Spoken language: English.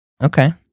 Okay